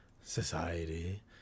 society